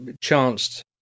chanced